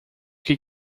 que